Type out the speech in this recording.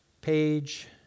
page